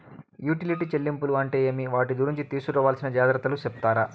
Utility చెల్లింపులు అంటే ఏమి? వాటి గురించి తీసుకోవాల్సిన జాగ్రత్తలు సెప్తారా?